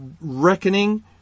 reckoning